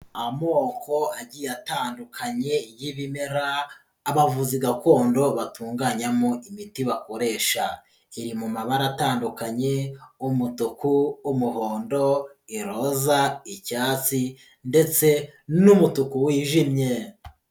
Amoko agiye atandukanye y'ibimera abavuzi gakondo batunganyamo imiti bakoresha, iri mu mabara atandukanye umutuku, umuhondo, iroza, icyatsi ndetse n'umutuku wijimye.